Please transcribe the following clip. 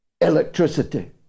electricity